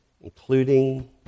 including